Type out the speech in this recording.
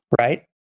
Right